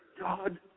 God